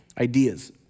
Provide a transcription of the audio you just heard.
ideas